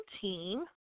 team